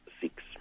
six